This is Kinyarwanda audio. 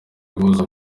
guhuza